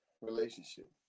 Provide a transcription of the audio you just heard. relationship